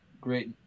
great